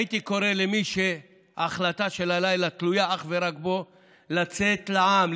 הייתי קורא למי שההחלטה של הלילה תלויה אך ורק בו לצאת לעם,